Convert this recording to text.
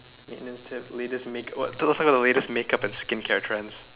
maintenance tips we just make what tell us some of the latest makeup and skincare trends